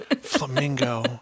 Flamingo